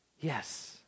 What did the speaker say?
Yes